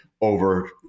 over